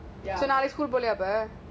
ya